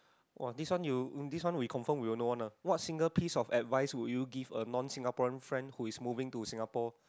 !wah! this one you this one we confirm we all know one lah what single piece of advice would you give a non Singaporean friend who is moving to Singapore